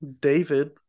David